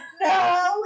No